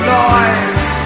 noise